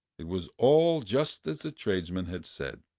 it was all just as the tradesman had said.